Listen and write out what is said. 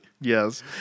Yes